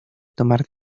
tomar